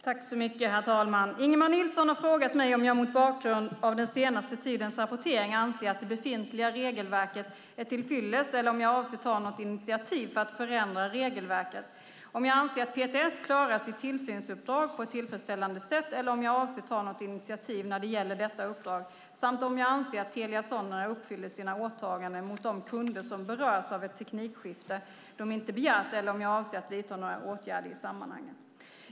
Herr talman! Ingemar Nilsson har frågat mig om jag mot bakgrund av den senaste tidens rapportering anser att det befintliga regelverket är till fyllest eller om jag avser att ta något initiativ för att förändra regelverket, om jag anser att PTS klarar sitt tillsynsuppdrag på ett tillfredsställande sätt eller om jag avser att ta något initiativ när det gäller detta uppdrag samt om jag anser att Telia Sonera uppfyller sina åtaganden mot de kunder som berörs av ett teknikskifte de inte begärt eller om jag avser att vidta några åtgärder i sammanhanget.